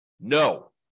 No